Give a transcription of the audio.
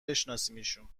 بشناسیمشون